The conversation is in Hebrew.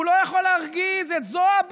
והוא לא יכול להרגיז את זועבי,